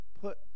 put